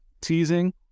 teasing